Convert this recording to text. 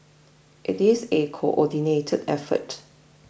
it is a coordinated effort